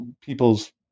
people's